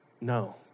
no